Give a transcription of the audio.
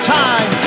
time